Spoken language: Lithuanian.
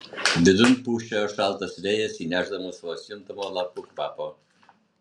vidun pūsčiojo šaltas vėjas įnešdamas vos juntamo lapų kvapo